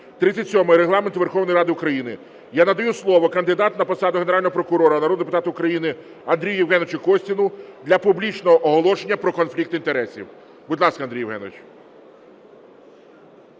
37-ї Регламенту Верховної Ради України я надаю слово кандидату на посаду Генерального прокурора народному депутату України Андрію Євгеновичу Костіну для публічного оголошення про конфлікт інтересів. Будь ласка, Андрій Євгенович.